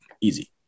easy